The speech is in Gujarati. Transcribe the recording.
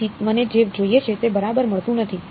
તેથી મને જે જોઈએ છે તે બરાબર મળતું નથી